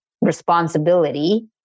responsibility